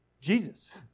Jesus